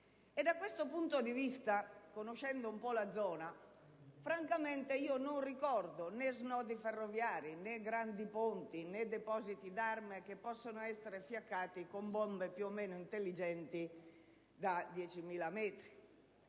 Da questo punto di vista, conoscendo un po' la zona, francamente non ricordo né snodi ferroviari, né grandi ponti, né depositi di armi che possano essere fiaccati con bombe, più o meno intelligenti, da 10.000 metri.